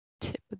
tip